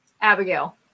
Abigail